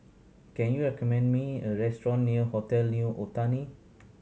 can you recommend me a restaurant near Hotel New Otani